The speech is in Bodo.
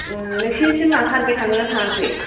नोंसिनि सिम मा सारबे थांदोंना थाङाखै